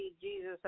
Jesus